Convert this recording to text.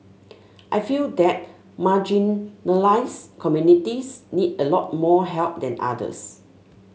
I feel that marginalised communities need a lot more help than others